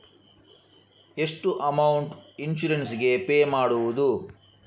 ಎಷ್ಟು amount insurance ಗೇ pay ಮಾಡುವುದು?